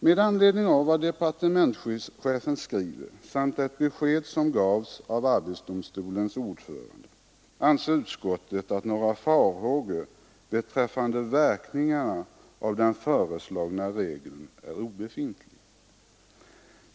Med anledning av vad departementschefen skriver samt efter det besked som gavs av arbetsdomstolens ordförande anser utskottet att några farhågor beträffande verkningarna av den föreslagna regeln är obefogade.